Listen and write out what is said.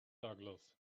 douglas